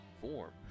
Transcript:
form